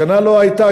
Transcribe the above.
השנה לא הייתה,